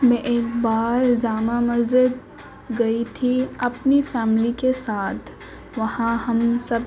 میں ایک بار جامع مسجد گئی تھی اپنی فیملی کے ساتھ وہاں ہم سب